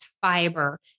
fiber